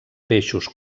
peixos